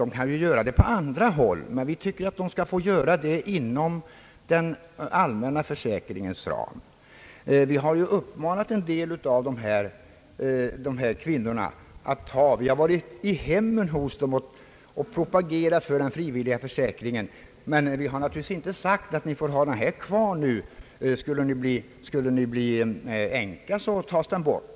De kan ju göra det på andra håll, men vi tycker att de skulle få göra det inom den allmänna försäkringens ram, Vi har uppmanat en del av dessa kvinnor att ta en frivillig försäkring, Vi har varit i hemmen hos dem och propagerat för en sådan, men vi har naturligtvis inte sagt att de inte får ha den kvar om de skulle bli änkor — då tas den bort.